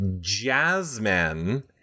Jasmine